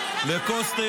לכוס תה,